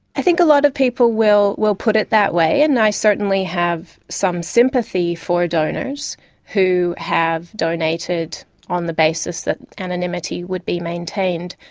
i think a lot of people will will put it that way, and i certainly have some sympathy for donors who have donated on the basis that anonymity would be maintained.